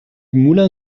moulin